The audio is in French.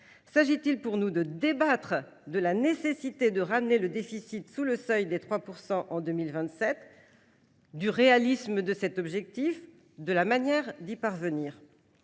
S’agit il pour nous de débattre de la nécessité de ramener le déficit sous le seuil des 3 % en 2027, du réalisme de cet objectif ou de la manière d’y parvenir ?